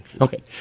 Okay